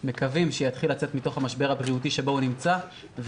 ומקווים שהמשק יתחיל לאט לאט לצאת מהמשבר הבריאותי שבו הוא נמצא ומן